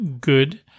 good